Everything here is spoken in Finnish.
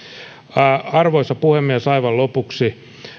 arvoisa puhemies aivan lopuksi